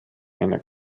einer